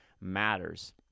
matters